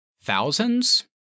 thousands